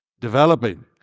developing